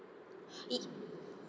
it